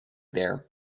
there